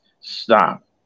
stop